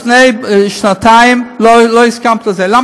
את עצמך לפני שנתיים לא הסכמת לזה,